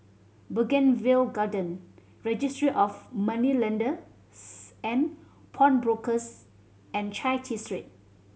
Bougainvillea Garden Registry of Moneylenders and Pawnbrokers and Chai Chee Street